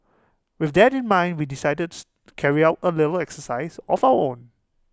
with that in mind we decided to carry out A little exercise of our own